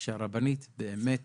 שהרבנית באמת